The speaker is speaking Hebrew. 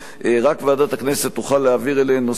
רק ועדת הכנסת תוכל להעביר אליהן נושאים אלה,